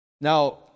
Now